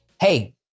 Hey